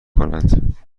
کنند